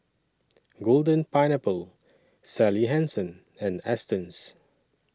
Golden Pineapple Sally Hansen and Astons